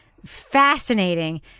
fascinating